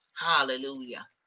Hallelujah